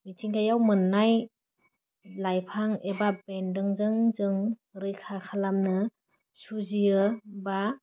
मिथिंगायाव मोननाय लाइफां एबा बेन्दोंजों जों रैखा खालामनो जुजियो बा